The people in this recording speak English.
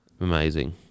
Amazing